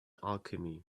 alchemy